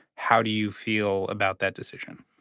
how do you feel about that decision?